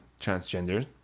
transgender